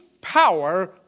power